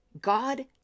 God